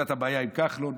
הייתה הבעיה עם כחלון,